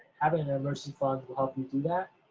having an emergency fund will help you do that,